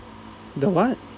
the what